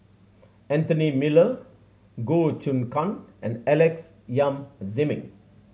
Anthony Miller Goh Choon Kang and Alex Yam Ziming